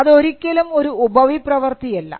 അതൊരിക്കലും ഒരു ഉപവി പ്രവർത്തിയല്ല